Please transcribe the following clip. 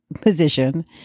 position